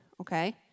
okay